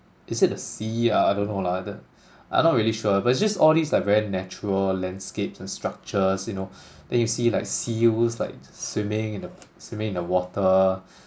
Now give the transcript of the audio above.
is it a sea ah I don't know lah the I'm not really sure but it's just all these like very natural landscapes and structures you know then you see like seals like swimming in the swimming in the water